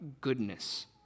goodness